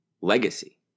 legacy